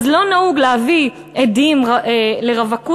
אז לא נהוג להביא עדים לרווקות